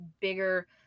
bigger